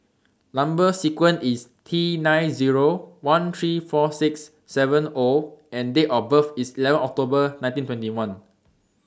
Number sequence IS T nine Zero one three four six seven O and Date of birth IS eleven October nineteen twenty one